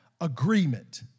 agreement